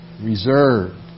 reserved